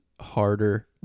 harder